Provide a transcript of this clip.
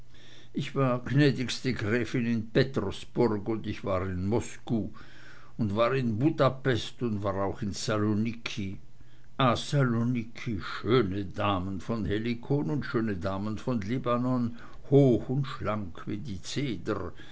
ich war gnädigste gräfin in pettersburg und ich war in moscou und war in budapest und war auch in saloniki ah saloniki schöne damen von helikon und schöne damen von libanon hoch und schlank wie die zeder